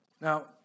Now